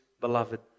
beloved